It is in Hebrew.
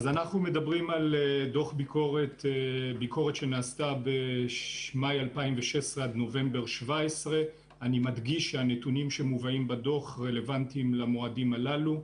אנחנו מדברים על דוח ביקורת שנעשתה במאי 2016 עד נובמבר 2017. אני מדגיש שהנתונים שמובאים בדוח רלוונטיים למועדים הללו.